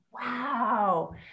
Wow